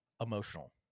Emotional